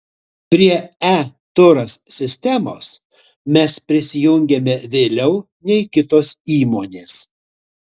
prie e turas sistemos mes prisijungėme vėliau nei kitos įmonės